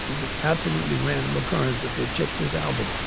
just absolutely random occurrences, said, check this album. ah